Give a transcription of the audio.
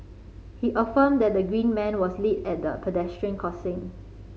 he affirmed that the green man was lit at the pedestrian crossing